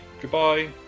Goodbye